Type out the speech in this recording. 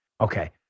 Okay